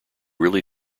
really